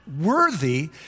worthy